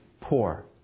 Poor